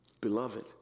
beloved